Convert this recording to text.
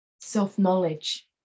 self-knowledge